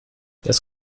das